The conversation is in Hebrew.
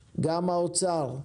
האוצר,